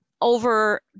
over